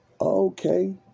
okay